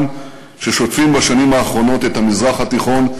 ששוטפים בשנים האחרונות את המזרח התיכון,